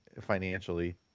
financially